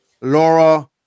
Laura